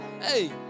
Hey